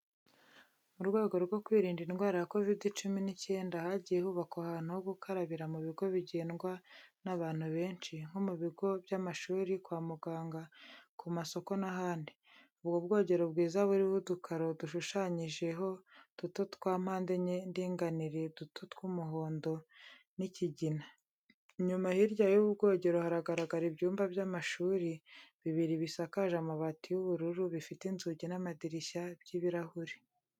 Mu rwego rwo kwirinda indwara ya Covid-19, hagiye hubakwa ahantu ho gukarabira mu bigo bigendwa n'abantu benshi, nko mu bigo by'amashuri, kwa muganga, ku masoko n'ahandi. Ubu bwogero bwiza, buriho udukaro dushushanyijeho duto twa mpande enye ndinganire duto tw'umuhondo n'ikigina. Inyuma hirya y'ubu bwogero haragaragara ibyuma by'amashuri bibiri bisakaje amabati y'ubururu, bifite inzugi n'amadirishya by'ibirahuri.